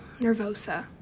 nervosa